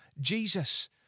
Jesus